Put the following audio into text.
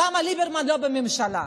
למה ליברמן לא בממשלה?